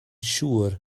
siŵr